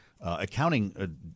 accounting